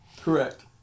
Correct